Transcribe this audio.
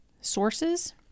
sources